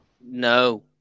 No